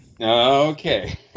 Okay